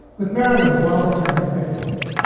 with maryland well into her fifty s,